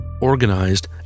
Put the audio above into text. organized